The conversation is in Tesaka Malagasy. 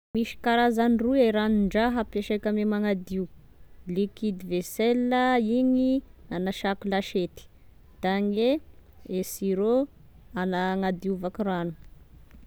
Misy karazany roy ranon-draha apesaiko amy magnadio: liquide vaisselle igny anasako lasety, da gne e sur'eau ana- anadiovako rano.